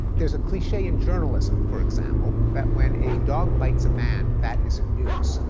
there's a cliche in journalism for example, that when a dog bites a man, that isn't news,